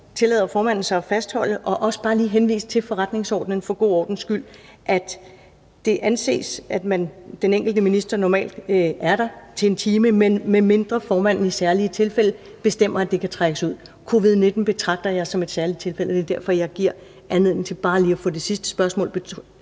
tillader formanden sig at fastholde og vil også bare lige for god ordens skyld henvise til forretningsordenen og sige, at det anses, at den enkelte minister normalt er der indtil 1 time, medmindre formanden i særlige tilfælde bestemmer, at det kan trækkes ud. Covid-19 betragter jeg som et særligt tilfælde, og det er derfor, jeg giver anledningen til bare lige at få det sidste spørgsmål besvaret,